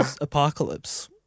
Apocalypse